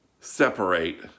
separate